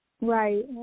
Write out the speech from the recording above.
Right